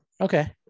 Okay